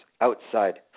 outside